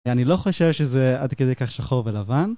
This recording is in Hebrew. אני לא חושב שזה עד כדי כך שחור ולבן